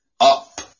up